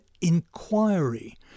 inquiry